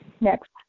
Next